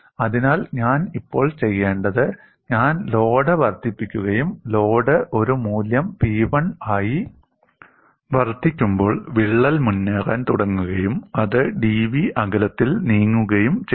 അതിനാൽ ഞാൻ ഇപ്പോൾ ചെയ്യേണ്ടത് ഞാൻ ലോഡ് വർദ്ധിപ്പിക്കുകയും ലോഡ് ഒരു മൂല്യം P1 ആയി വർദ്ധിക്കുമ്പോൾ വിള്ളൽ മുന്നേറാൻ തുടങ്ങുകയും അത് dv അകലത്തിൽ നീങ്ങുകയും ചെയ്യും